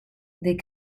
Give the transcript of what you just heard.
des